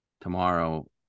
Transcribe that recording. Tomorrow